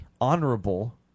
honorable